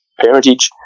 parentage